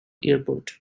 airport